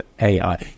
ai